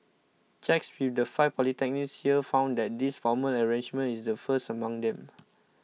checks with the five polytechnics here found that this formal arrangement is the first among them